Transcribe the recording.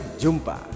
jumpa